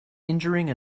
injuring